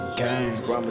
gang